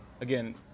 again